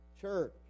church